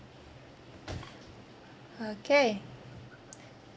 okay